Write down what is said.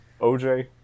OJ